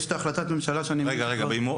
במסגרת יחידת להב 433. לא רק בספורט,